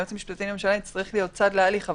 היועץ המשפטי לממשלה יצטרך להיות צד להליך,